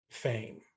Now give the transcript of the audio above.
fame